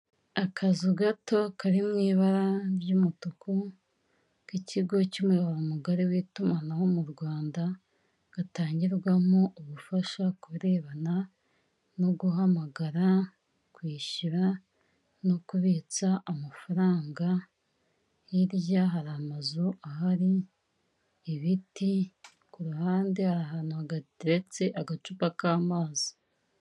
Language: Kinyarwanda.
Akazu gato kari mu ibara ry'umutuku k'ikigo cy'umuyobo mugari w'itumanaho mu Rwanda, gatangirwamo ubufasha ku birebana no guhamagara, kwishyura no kubitsa amafaranga, hirya hari amazu ahari, ibiti, ku ruhande hari ahantu hateretse agacupa k'amazi.